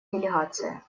делегация